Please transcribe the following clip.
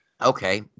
Okay